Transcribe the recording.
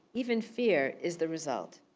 even fear, is the result.